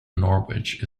norwich